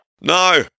No